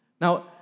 Now